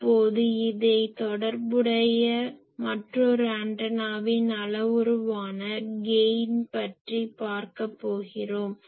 இப்போது இதை தொடர்புடைய மற்றொரு ஆண்டனாவின் அளவுருவான கெயினைப் பற்றிப் பார்க்கப் போகிறோம்